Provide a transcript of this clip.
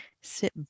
Sit